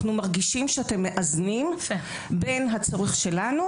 אנחנו מרגישים שאתם מאזנים בין הצורך שלנו